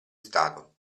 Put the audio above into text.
stato